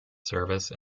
service